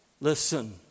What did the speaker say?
Listen